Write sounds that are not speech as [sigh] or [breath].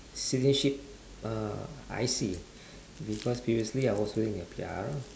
citizenship uh I_C [breath] because previously I was holding a P_R